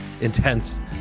intense